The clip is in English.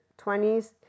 20s